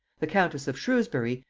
the countess of shrewsbury,